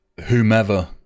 Whomever